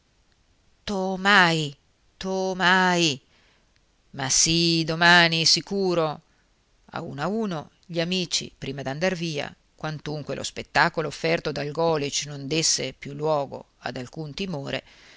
amici tomai tomai ma sì domani sicuro a uno a uno gli amici prima d'andar via quantunque lo spettacolo offerto dal golisch non desse più luogo ad alcun timore